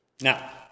Now